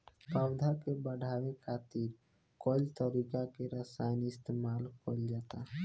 पौधा के बढ़ावे खातिर कई तरीका के रसायन इस्तमाल कइल जाता